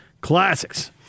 Classics